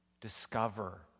discover